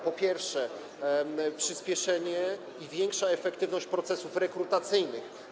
Po pierwsze, przyspieszenie i większa efektywność procesów rekrutacyjnych.